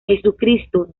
jesucristo